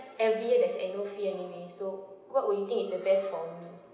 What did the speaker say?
every year there is annual fee anyway so what would you think is the best for me